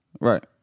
Right